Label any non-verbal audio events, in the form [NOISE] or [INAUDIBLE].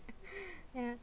[BREATH] yeah